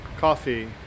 coffee